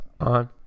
on